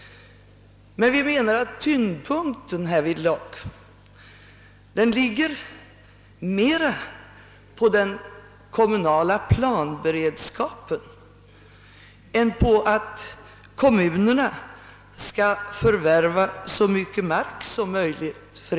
Men vi anser att tyngdpunkten härvidlag ligger mera på den kommunala planberedskapen än på ett så stort kommunalt markförvärv som möjligt.